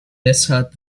deshalb